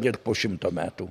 ir po šimto metų